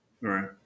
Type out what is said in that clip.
Right